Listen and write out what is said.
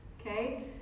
Okay